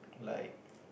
like